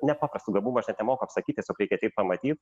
nepaprastų gabumų aš net nemoku apsakyt tiesiog reikia ateit pamatyt